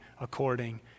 according